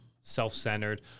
self-centered